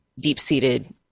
deep-seated